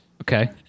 Okay